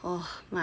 yeah oh my